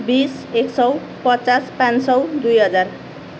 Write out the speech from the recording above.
बिस एक सय पचास पाँच सय दुई हजार